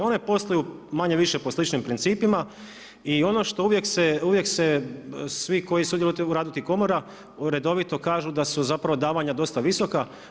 One posluju manje-više po sličnim principima i ono što uvijek se, svi koji sudjeluju u radu tih komora redovito kažu da su zapravo davanja dosta visoka.